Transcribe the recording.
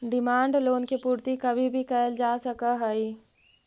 demand loan के पूर्ति कभी भी कैल जा सकऽ हई